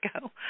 go